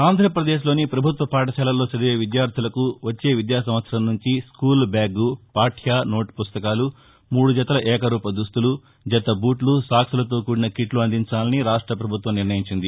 ఆంధ్రప్రదేశ్ లోని ప్రభుత్వ పాఠశాలల్లో చదివే విద్యార్దలకు వచ్చే విద్యా సంవత్సరం నుంచి స్కూలు బ్యాగు పార్య నోట్ పుస్తకాలు మూడు జతల ఏకరూప దుస్తులు జత బూట్లు సాక్సులతో కూడిన కిట్లు అందించాలని రాష్ట ప్రభుత్వం నిర్ణయించింది